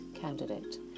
candidate